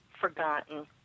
forgotten